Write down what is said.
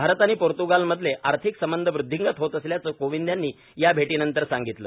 भारत आणि पोर्त्गालमधले आर्थिक संबंध वुद्धींगत होत असल्याचं कोविंद यांनी या भेटीनंतर सांगितलं